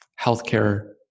healthcare